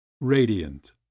radiant